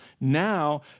Now